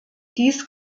dies